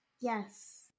yes